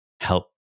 help